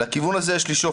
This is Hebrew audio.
לכיוון הזה יש לשאוף.